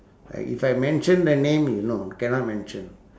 I if I mention the name you know cannot mention